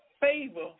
favor